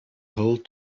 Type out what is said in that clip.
hold